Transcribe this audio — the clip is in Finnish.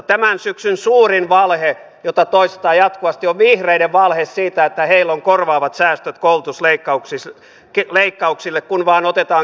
tämän syksyn suurin valhe jota toistetaan jatkuvasti on vihreiden valhe siitä että heillä on korvaavat säästöt koulutusleikkauksille kun vain otetaan kilometrikorvauksista